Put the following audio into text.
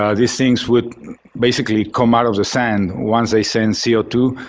ah these things would basically come out of the sand once they sense c o two.